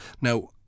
now